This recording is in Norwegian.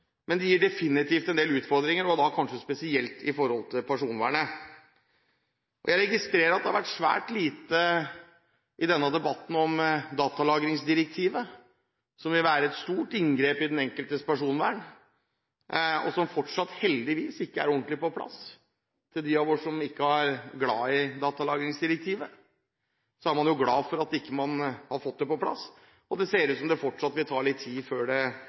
men det gir definitivt en del utfordringer, og da kanskje spesielt knyttet til personvernet. Jeg registrerer at det har vært svært lite i denne debatten om datalagringsdirektivet, som vil være et stort inngrep i den enkeltes personvern, og som fortsatt heldigvis ikke er ordentlig på plass. De av oss som ikke er glad i datalagringsdirektivet, er glad for at man ikke har fått det på plass, og det ser ut som om det fortsatt vil ta litt tid før det